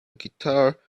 guitar